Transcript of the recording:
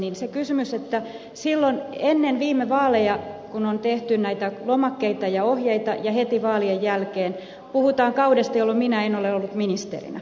kun puhutaan siitä kun silloin ennen viime vaaleja on tehty näitä lomakkeita ja ohjeita ja heti vaalien jälkeen puhutaan kaudesta jolloin minä en ole ollut ministerinä